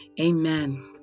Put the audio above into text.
Amen